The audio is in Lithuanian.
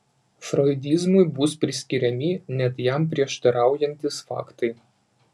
froidizmui bus priskiriami net jam prieštaraujantys faktai